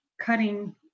cutting